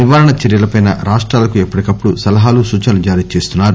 నివారణ చర్యలపై రాష్టాలకు ఎప్పటికప్పడు సలహాలు సూచనలు జారీచేస్తున్నారు